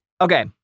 Okay